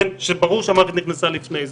ברור שהמערכת נכנסה לפני זה.